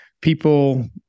people